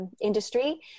industry